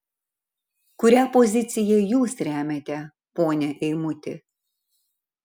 kurią poziciją jūs remiate pone eimuti